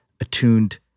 attuned